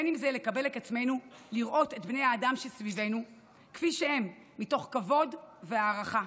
לקבל את עצמנו ולראות את בני האדם שסביבנו כפי שהם מתוך כבוד והערכה.